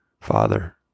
Father